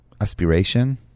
Aspiration